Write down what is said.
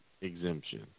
exemption